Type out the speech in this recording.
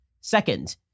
second